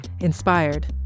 inspired